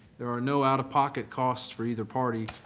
there are no out-of-pocket costs for either party.